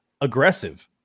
aggressive